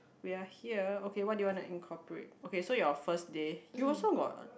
we are here okay what do you want to incorporate okay so your first day you also got